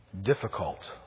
difficult